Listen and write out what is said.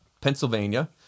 Pennsylvania